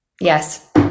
yes